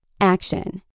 Action